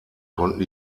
konnten